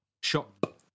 shop